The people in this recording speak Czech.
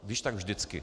Když tak vždycky.